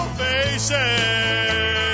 faces